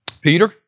Peter